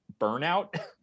burnout